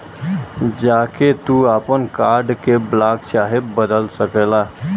जा के तू आपन कार्ड के ब्लाक चाहे बदल सकेला